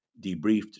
debriefed